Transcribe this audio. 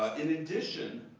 ah in addition,